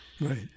Right